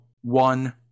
one